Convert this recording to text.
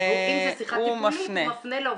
והוא מפנה.